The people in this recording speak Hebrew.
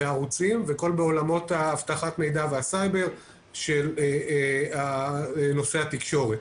ערוצים ועולמות אבטחת מידע וסייבר של נושא התקשורת.